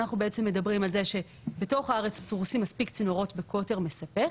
אנחנו בעצם מדברים על זה שבתוך הארץ פרוסים מספיק צינורות בקוטר מספק,